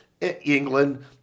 England